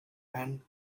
and